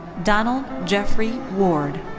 donald jeffrey ward.